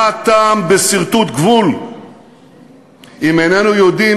מה הטעם בסרטוט גבול אם איננו יודעים